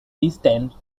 distanced